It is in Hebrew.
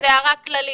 זו הערה כללית.